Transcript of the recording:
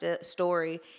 story